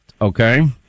okay